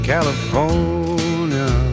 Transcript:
California